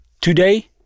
Today